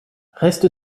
reste